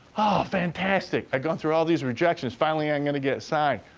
fantastic! i'd gone through all these rejections. finally, i'm gonna get signed.